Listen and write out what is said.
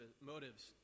motives